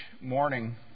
morning